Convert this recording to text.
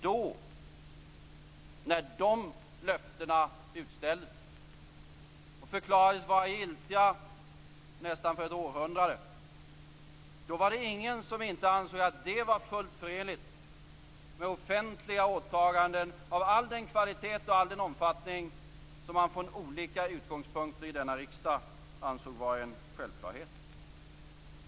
Då, när de löftena utställdes och förklarades vara giltiga för nästan ett århundrade, var det ingen som inte ansåg att det var fullt förenligt med offentliga åtaganden av all den kvalitet och all den omfattning som man från olika utgångspunkter i denna riksdag ansåg vara en självklarhet.